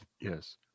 Yes